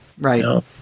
right